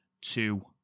two